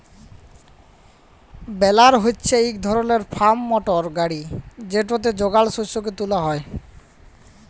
বেলার হছে ইক ধরলের ফার্ম মটর গাড়ি যেটতে যগাল শস্যকে তুলা হ্যয়